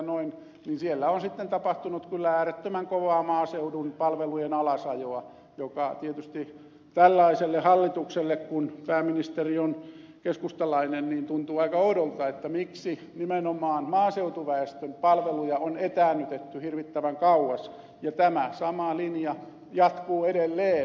niin siellä on sitten tapahtunut kyllä äärettömän kovaa maaseudun palvelujen alasajoa mikä tietysti tällaiselle hallitukselle kun pääministeri on keskustalainen tuntuu aika oudolta miksi nimenomaan maaseutuväestön palveluja on etäännytetty hirvittävän kauas ja tämä sama linja jatkuu edelleen